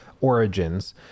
origins